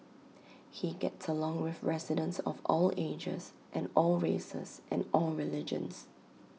he gets along with residents of all ages and all races and all religions